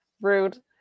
Rude